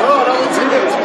אין בעיה.